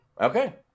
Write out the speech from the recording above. Okay